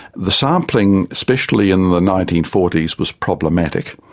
the sampling, especially in the nineteen forty s, was problematic,